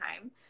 time